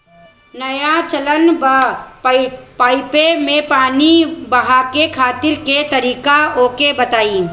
नया चलल बा पाईपे मै पानी बहाके खेती के तरीका ओके बताई?